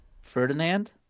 Ferdinand